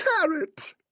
carrot